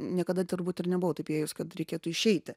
niekada turbūt ir nebuvau taip įėjus kad reikėtų išeiti